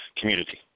community